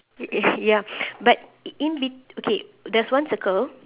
i~ uh ya but in be~ okay there's one circle